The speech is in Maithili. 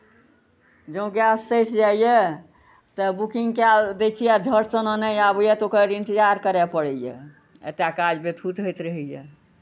जँ गैस सठि जाइए तऽ बुकिंग कए दै छियै आ झट सिना नहि आबैए तऽ ओकर इन्तजार करय पड़ैए एतय काज बेतहुथ होइत रहैए